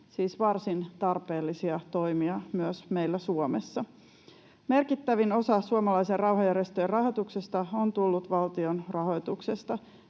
siis varsin tarpeellisia toimia myös meillä Suomessa. Merkittävin osa suomalaisten rauhanjärjestöjen rahoituksesta on tullut valtion rahoituksesta.